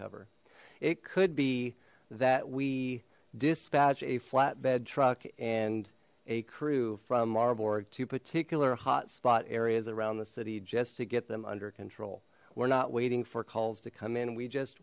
cover it could be that we dispatch a flatbed truck and a crew from our board to particular hotspot areas around the city just to get them under control we're not waiting for calls to come in we just